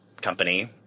company